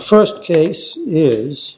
first case is